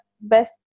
best